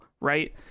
Right